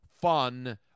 fun